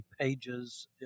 pages